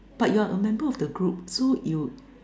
but you are a member of the group so you